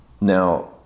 Now